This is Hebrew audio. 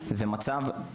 זה המצב.